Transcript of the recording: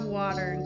water